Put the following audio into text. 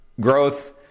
growth